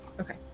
Okay